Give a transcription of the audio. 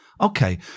Okay